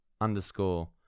underscore